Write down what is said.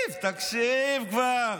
תקשיב, תקשיב כבר.